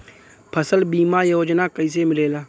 फसल बीमा योजना कैसे मिलेला?